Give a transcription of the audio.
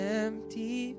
empty